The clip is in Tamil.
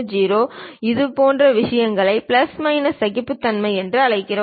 10 இதுபோன்ற விஷயங்களை பிளஸ் மைனஸ் சகிப்புத்தன்மை என்று அழைக்கப்படுகிறது